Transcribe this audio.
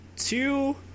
Two